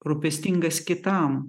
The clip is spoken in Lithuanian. rūpestingas kitam